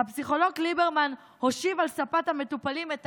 הפסיכולוג ליברמן הושיב על ספת המטופלים את